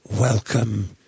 Welcome